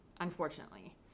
unfortunately